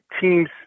teams